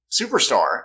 superstar